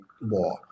law